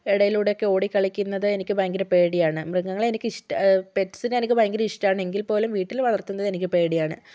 ഇടയിലൂടെ ഒക്കെ ഓടി കളിക്കുന്നത് എനിക്ക് ഭയങ്കര പേടിയാണ് മൃഗങ്ങളെ എനിക്ക് ഇഷ് പെറ്റ്സിനെ എനിക്ക് ഭയങ്കര ഇഷ്ടമാണ് എങ്കിൽ പോലും വീട്ടിൽ വളർത്തുന്നത് എനിക്ക് പേടിയാണ്